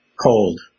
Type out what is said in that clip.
cold